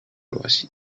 باشید